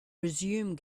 resume